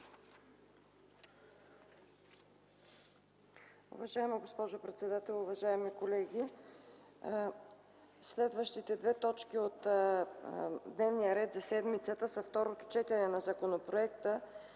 Уважаема госпожо председател, уважаеми колеги! Следващите две точки от дневния ред за седмицата са Второ четене на Законопроекта